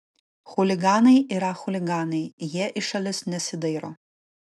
chuliganai yra chuliganai jie į šalis nesidairo